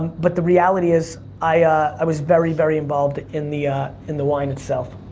but the reality is, i was very, very involved in the in the wine itself.